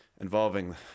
involving